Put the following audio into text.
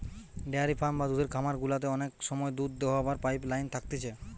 dairy farm বা দুধের খামার গুলাতে অনেক সময় দুধ দোহাবার পাইপ লাইন থাকতিছে